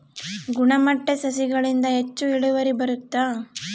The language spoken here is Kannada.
ಗುಣಮಟ್ಟ ಸಸಿಗಳಿಂದ ಹೆಚ್ಚು ಇಳುವರಿ ಬರುತ್ತಾ?